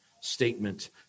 statement